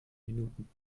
minuten